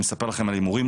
אני אספר לכם על הימורים,